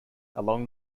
along